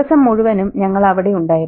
ദിവസം മുഴുവനും ഞങ്ങൾ അവിടെ ഉണ്ടായിരുന്നു